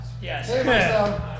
yes